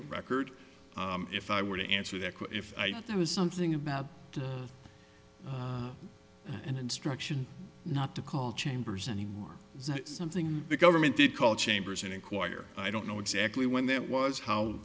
the record if i were to answer that if there was something about an instruction not to call chambers and something the government did call chambers and inquire i don't know exactly when that was how